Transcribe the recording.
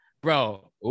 bro